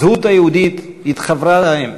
הזהות היהודית התחברה להם.